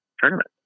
tournament